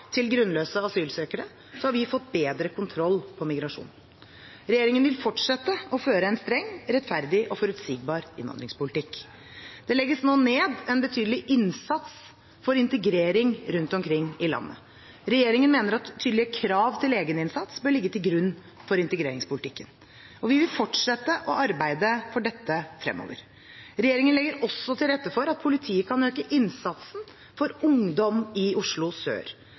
til grunnløse asylsøkere har vi fått bedre kontroll på migrasjonen. Regjeringen vil fortsette å føre en streng, rettferdig og forutsigbar innvandringspolitikk. Det legges nå ned en betydelig innsats for integrering rundt omkring i landet. Regjeringen mener at tydelige krav til egeninnsats bør ligge til grunn for integreringspolitikken, og vi vil fortsette å arbeide for dette fremover. Regjeringen legger også til rette for at politiet kan øke innsatsen for ungdom i Oslo sør.